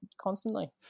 constantly